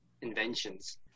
inventions